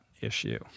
issue